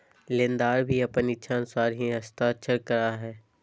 लेनदार भी अपन इच्छानुसार ही हस्ताक्षर करा हइ